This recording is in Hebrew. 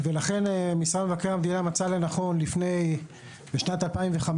ולכן משרד מבקר המדינה מצא לנכון בשנת 2015